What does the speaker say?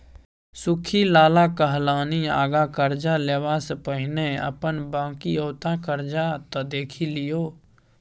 सुख्खी लाला कहलनि आँगा करजा लेबासँ पहिने अपन बकिऔता करजा त देखि लियौ